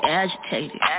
agitated